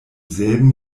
selben